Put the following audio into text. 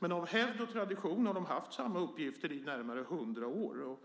Av hävd och tradition har man haft samma uppgifter under närmare hundra år.